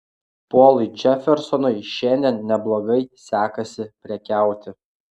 polui džefersonui šiandien neblogai sekasi prekiauti